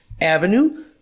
Avenue